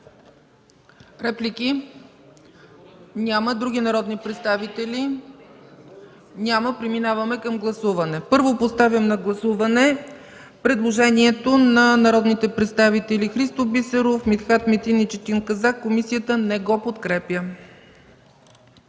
Реплики? Няма. Други народни представители? Няма. Преминаваме към гласуване. Поставям на гласуване предложението на народните представители Христо Бисеров, Митхат Метин и Четин Казак. Комисията не подкрепя